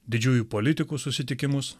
didžiųjų politikų susitikimus